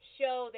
show